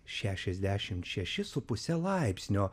šešiasdešim šešis su puse laipsnio